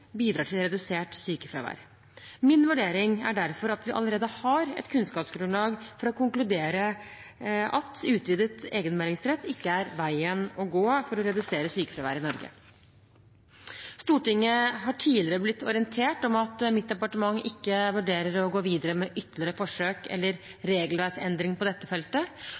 bidrar til redusert sykefravær. Min vurdering er derfor at vi allerede har et kunnskapsgrunnlag for å konkludere med at utvidet egenmeldingsrett ikke er veien å gå for å redusere sykefraværet i Norge. Stortinget har tidligere blitt orientert om at mitt departement ikke vurderer å gå videre med ytterligere forsøk eller regelverksendringer på dette feltet.